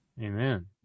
Amen